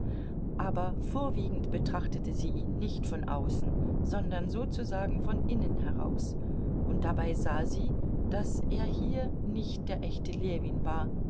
aber vorwiegend betrachtete sie ihn nicht von außen sondern sozusagen von innen heraus und dabei sah sie daß er hier nicht der echte ljewin war